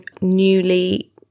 newly